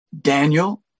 Daniel